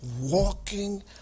walking